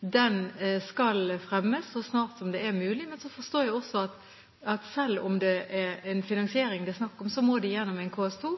den skal fremmes så snart det er mulig. Så forstår jeg også at selv om det er en finansiering det er snakk om, må det gjennom en KS2.